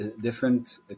different